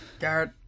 Garrett